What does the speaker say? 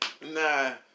Nah